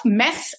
mess